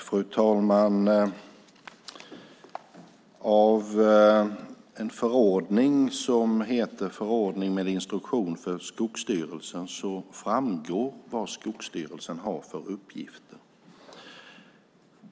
Fru talman! Av en förordning som heter Förordning med instruktion för Skogsstyrelsen framgår vad Skogsstyrelsen har för uppgifter.